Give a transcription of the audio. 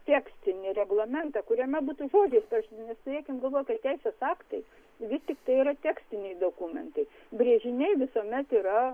tekstinį reglamentą kuriame būtų žodžiais parašyta nes turėkim galvoj kad trisės aktai vis tiktai yra tekstiniai dokumentai brėžiniai visuomet yra